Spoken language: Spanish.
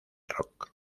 rock